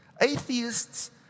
Atheists